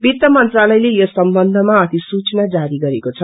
वित्त मंत्रालयले यस सम्बन्धमा अधिसूचना जारी गरेको छ